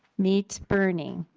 meet bernie.